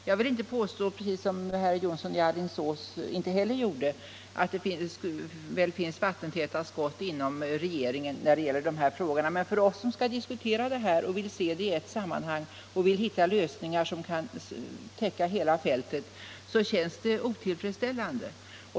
Jag vill inte påstå — och det gjorde inte heller herr Jonsson i Alingsås —- att det finns vattentäta skott inom regeringen när det gäller dessa frågor, men för oss som skall diskutera här och vill se dem i ett sammanhang och försöka hitta en lösning som kan täcka hela fältet så känns det otillfredsställande.